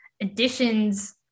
additions